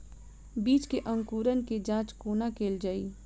बीज केँ अंकुरण केँ जाँच कोना केल जाइ?